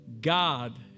God